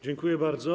Dziękuję bardzo.